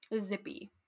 zippy